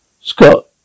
Scott